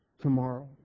tomorrow